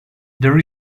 there